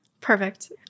Perfect